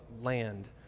land